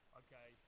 okay